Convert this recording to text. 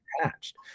attached